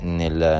nel